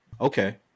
Okay